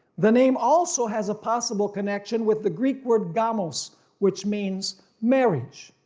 the name also has a possible connection with the greek word gamos which means marriage.